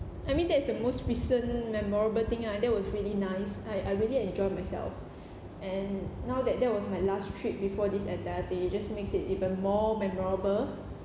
I mean that is the most recent memorable thing ah that was really nice I I really enjoy myself and now that that was my last trip before this entire thing it just makes it even more memorable